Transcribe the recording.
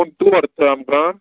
phone तूं व्हरता आमकां